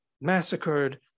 massacred